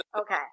Okay